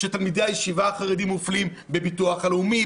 שתלמידי הישיבות החרדים מופלים בביטוח הלאומי,